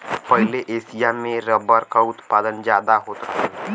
पहिले एसिया में रबर क उत्पादन जादा होत रहल